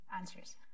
answers